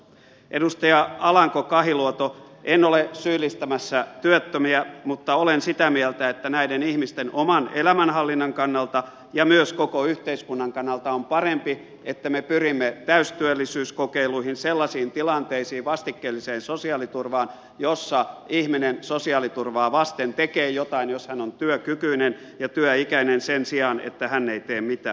edustaja alanko kahiluoto en ole syyllistämässä työttömiä mutta olen sitä mieltä että näiden ihmisten oman elämänhallinnan kannalta ja myös koko yhteiskunnan kannalta on parempi että me pyrimme täystyöllisyyskokeiluihin sellaisiin tilanteisiin vastikkeelliseen sosiaaliturvaan jossa ihminen sosiaaliturvaa vasten tekee jotain jos hän on työkykyinen ja työikäinen sen sijaan että hän ei tee mitään